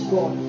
God